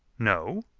no?